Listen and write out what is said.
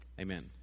Amen